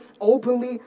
openly